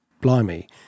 blimey